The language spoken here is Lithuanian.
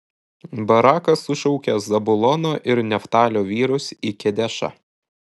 barakas sušaukė zabulono ir neftalio vyrus į kedešą